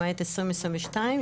למעט 2022,